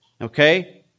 Okay